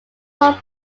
walled